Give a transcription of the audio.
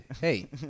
Hey